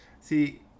See